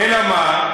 אלא מה?